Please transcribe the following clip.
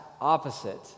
opposite